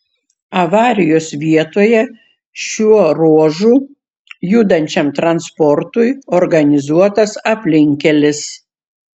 avarijos vietoje šiuo ruožu judančiam transportui organizuotas aplinkkelis